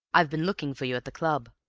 i've been looking for you at the club.